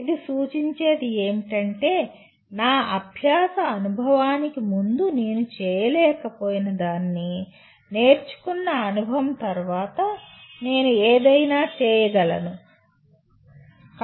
ఇది సూచించేది ఏమిటంటే "నా అభ్యాస అనుభవానికి ముందు నేను చేయలేకపోయినదాన్ని నేర్చుకున్న అనుభవం తర్వాత నేను ఏదైనా చేయగలను"